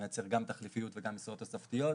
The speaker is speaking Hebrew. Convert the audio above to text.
הוא מייצג גם תחליפיות וגם משרות תוספתיות.